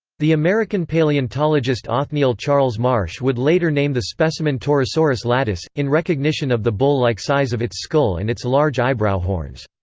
the american paleontologist othniel charles marsh would later name the specimen torosaurus latus, in recognition of the bull-like size of its skull and its large eyebrow horns.